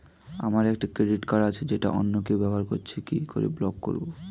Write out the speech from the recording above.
আমার একটি credit card আছে যেটা অন্য কেউ ব্যবহার করছে কি করে ব্লক করবো?